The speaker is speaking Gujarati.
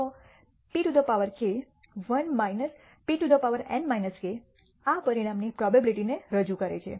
તો pk 1 pn - k આ પરિણામની પ્રોબેબીલીટી ને રજૂ કરે છે